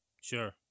Sure